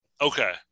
Okay